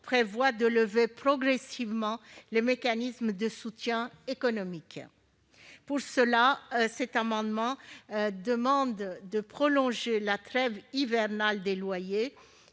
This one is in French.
prévoit de lever progressivement les mécanismes de soutien économique. À cette fin, cet amendement tend à prolonger la trêve hivernale des loyers